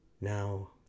now